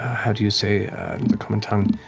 how do you say common tongue,